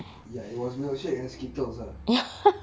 ya it was milkshake and skittles ah